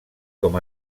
com